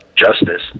Justice